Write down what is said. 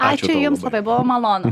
ačiū jums labai buvo malonu